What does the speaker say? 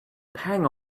pang